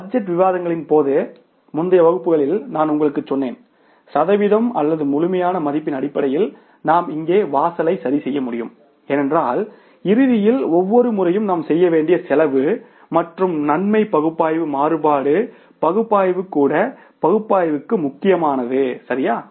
budget விவாதங்களின் போது முந்தைய வகுப்புகளில் நான் உங்களுக்குச் சொன்னேன் சதவீதம் அல்லது முழுமையான மதிப்பின் அடிப்படையில் நாம் இங்கே வாசலை சரிசெய்ய முடியும் ஏனென்றால் இறுதியில் ஒவ்வொரு முறையும் நாம் செய்ய வேண்டிய செலவு மற்றும் நன்மை பகுப்பாய்வு மாறுபாடு பகுப்பாய்வு கூட பகுப்பாய்வு முக்கியமானது சரியா